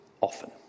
often